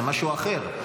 זה משהו אחר.